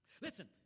Listen